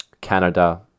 Canada